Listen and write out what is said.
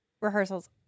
rehearsals